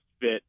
fit